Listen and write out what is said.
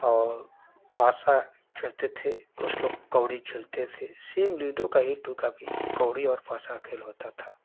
और पासा खेलते थे कुछ लोग कौड़ी खेलते थे सेम लूडो की ही ट्रू कॉपी कौड़ी और पासा खेल होता था